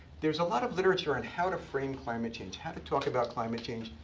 there's a lot of literature on how to frame climate change, how to talk about climate change.